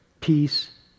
peace